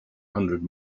hundred